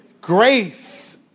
grace